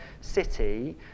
city